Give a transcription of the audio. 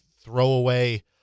throwaway